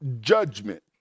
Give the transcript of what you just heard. judgment